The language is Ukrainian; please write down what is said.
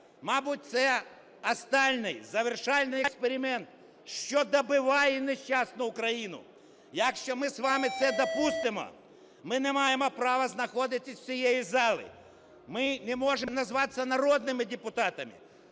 Мабуть, це останній завершальний експеримент, що добиває нещасну Україну. Якщо ми з вами це допустимо, ми не маємо права знаходитися в цій залі. Ми не можемо називатися народними депутатами.